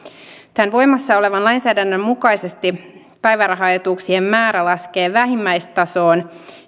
voimassa olevan lainsäädännön mukaisesti päivärahaetuuksien määrä laskee vähimmäistasoon